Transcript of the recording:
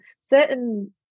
certain